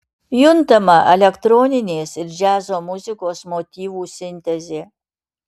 juntama elektroninės ir džiazo muzikos motyvų sintezė